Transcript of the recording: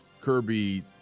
Kirby